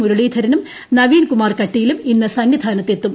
മുരളീധരനും നളീൻ കുമാർ കട്ടീലും ഇന്ന് സന്നിധാനത്തെത്തും